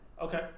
Okay